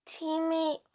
teammate